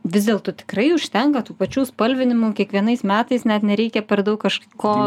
vis dėlto tikrai užtenka tų pačių spalvinimų kiekvienais metais net nereikia per daug kažko